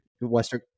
western